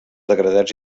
degradats